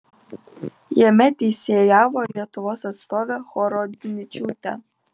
jame teisėjavo lietuvos atstovė horodničiūtė